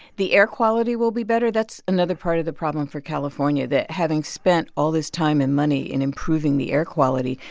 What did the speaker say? the air quality will be better. that's another part of the problem for california that having spent all this time and money in improving the air quality,